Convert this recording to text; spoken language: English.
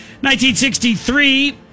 1963